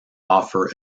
offer